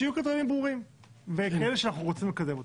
שיהיו קריטריונים ברורים וכאלה שאנחנו רוצים לקדם אותם.